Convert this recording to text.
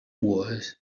was